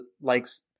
likes